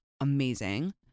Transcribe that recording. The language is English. amazing